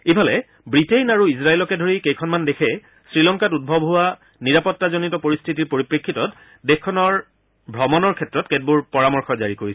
ইফালে ৱিটেইন আৰু ইজৰাইলকে ধৰি কেইখনমান দেশে শ্ৰীলংকাত উদ্ভৱ হোৱা নিৰাপত্তাজনিত পৰিস্থিতিৰ পৰিপ্ৰেক্ষিতত দেশখনৰ ভ্ৰমণৰ ক্ষেত্ৰত কেতবোৰ পৰামৰ্শ জাৰি কৰিছে